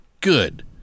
good